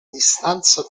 distanza